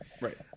Right